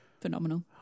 Phenomenal